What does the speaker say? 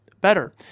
better